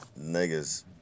niggas